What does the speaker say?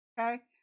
Okay